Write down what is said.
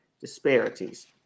disparities